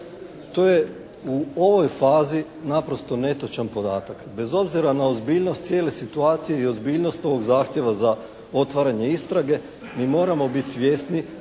To je u ovoj fazi naprosto netočan podatak. Bez obzira na ozbiljnost cijele situacije i ozbiljnost ovog zahtjeva za otvaranje istrage mi moramo biti svjesni